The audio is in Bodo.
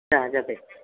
जाजाबाय